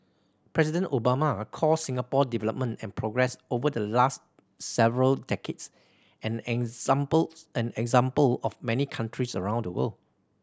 President Obama called Singapore development and progress over the last several decades an example an example of many countries around the world